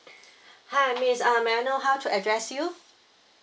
hi miss uh may I know how to address you